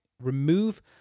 remove